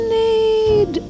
need